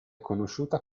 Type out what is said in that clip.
conosciuta